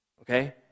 Okay